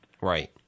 Right